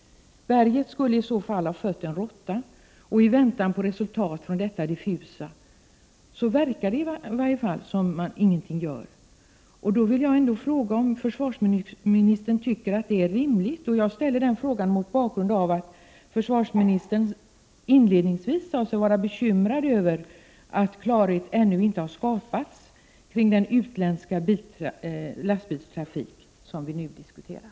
Berget skulle i så fall ha fött en råtta. Och i väntan på resultat från detta diffusa verkar det i varje fall som om man ingenting gör. Jag vill fråga om försvarsministern anser att det är rimligt. Jag ställer den frågan mot bakgrund av att försvarsministern inledningsvis sade sig vara bekymrad över att klarhet ännu inte har skapats kring den utländska lastbilstrafik som vi nu diskuterar.